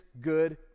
good